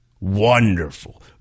wonderful